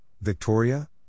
Victoria